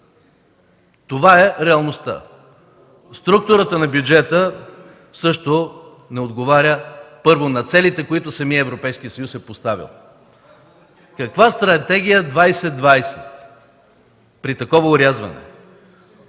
Това е реалността. Структурата на бюджета също не отговаря на целите, които самият Европейски съюз е поставил. Каква Стратегия 2020 при такова орязване?